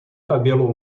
cabelo